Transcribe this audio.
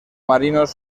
marinos